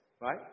right